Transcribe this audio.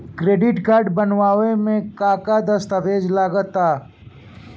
Credit card बनवावे म का का दस्तावेज लगा ता?